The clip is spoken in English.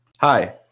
Hi